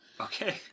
okay